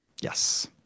Yes